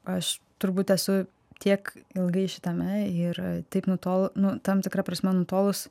aš turbūt esu tiek ilgai šitame ir taip nuto nu tam tikra prasme nutolus